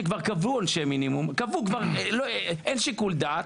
קבעו עונשי מינימום, אין שיקול דעת,